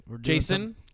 Jason